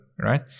right